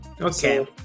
okay